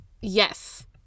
yes